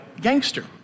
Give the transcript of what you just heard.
gangster